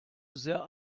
sehr